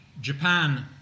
Japan